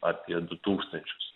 apie du tūkstančius